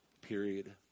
period